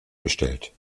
bestellt